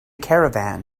caravan